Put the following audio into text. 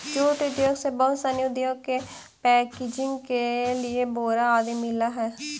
jute उद्योग से बहुत सनी उद्योग के पैकेजिंग के लिए बोरा आदि मिलऽ हइ